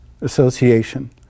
Association